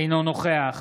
אינו נוכח